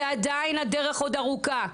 ועדיין הדרך עוד ארוכה,